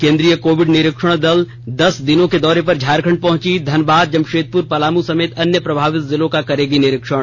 केन्द्रीय कोविड निरीक्षण दल दस दिनों के दौरे पर झारखण्ड़ पहुंची धनबाद जमशेदपुर पलामू समेत अन्य प्रभावित जिलों का करेगी निरीक्षण